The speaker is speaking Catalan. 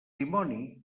dimoni